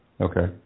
Okay